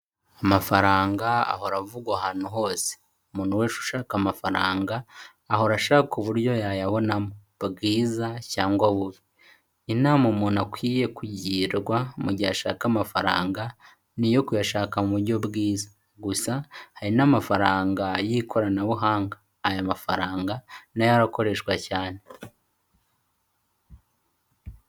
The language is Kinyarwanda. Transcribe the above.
Amafaranga ahora avugwa ahantu hose. Umuntu wese ushaka amafaranga ahora ashaka uburyo yayabonamo bwiza cyangwa bubi. Inama umuntu akwiye kugirwa mu gihe ashaka amafaranga ni iyo kuyashaka mu buryo bwiza. Gusa hari n'amafaranga y'ikoranabuhanga, aya mafaranga n'ayo arakoreshwa cyane.